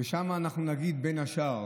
ושם אנחנו נגיד, בין השאר: